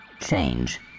change